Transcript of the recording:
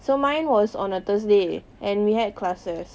so mine was on a thursday and we had classes